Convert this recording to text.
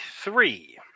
three